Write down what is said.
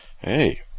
Hey